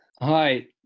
Hi